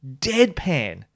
deadpan